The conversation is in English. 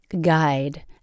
guide